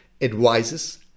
advises